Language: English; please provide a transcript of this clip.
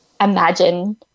imagine